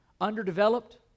Underdeveloped